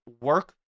work